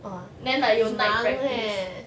then like 有 night practice